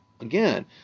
again